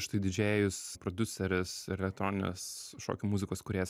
štai didžėjus prodiuseris elektroninės šokių muzikos kūrėjas